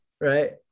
right